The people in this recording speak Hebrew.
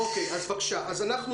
הדבר השני,